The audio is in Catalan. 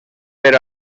per